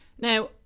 Now